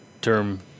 term